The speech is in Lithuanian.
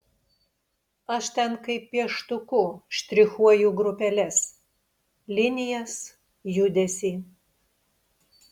aš ten kaip pieštuku štrichuoju grupeles linijas judesį